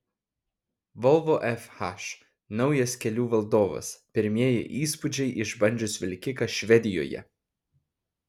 volvo fh naujas kelių valdovas pirmieji įspūdžiai išbandžius vilkiką švedijoje